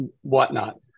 whatnot